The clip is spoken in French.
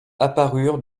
apparurent